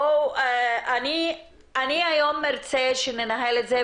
היום אני ארצה שננהל את זה,